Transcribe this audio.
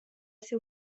ser